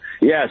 Yes